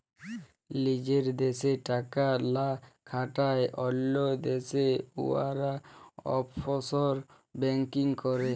লিজের দ্যাশে টাকা লা খাটায় অল্য দ্যাশে উয়ারা অফশর ব্যাংকিং ক্যরে